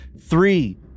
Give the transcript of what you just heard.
Three